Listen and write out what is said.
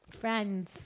friends